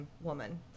woman